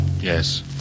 Yes